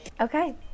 Okay